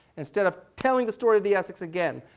instead of telling the story of the essex again,